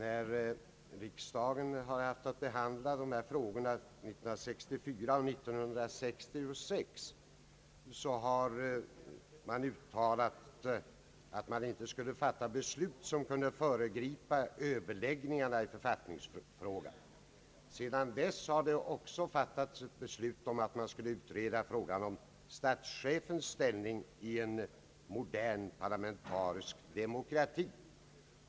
Herr talman! När riksdagen behandlade dessa frågor åren 1964 och 1966 uttalades, att inget beslut skulle fattas som kunde föregripa överläggningarna i författningsfrågan. Sedan dess har det också överlämnats åt grundlagberedningen att utreda frågan om statschefens ställning i en modern parlamentarisk demokrati.